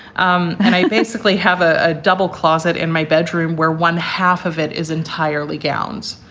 um and i basically have a ah double closet in my bedroom where one half of it is entirely gowns.